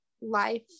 life